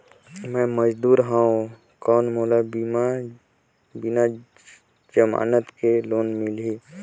मे मजदूर हवं कौन मोला बिना जमानत के लोन मिलही?